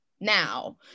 now